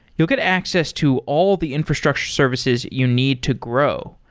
you'll get access to all the infrastructure services you need to grow.